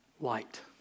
light